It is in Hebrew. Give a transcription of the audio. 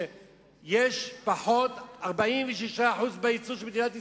שיש פחות 46% בייצור של מדינת ישראל.